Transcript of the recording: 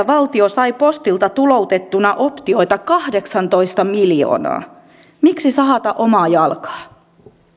valtio sai postilta tuloutettuna optioita kahdeksantoista miljoonaa miksi sahata omaa jalkaa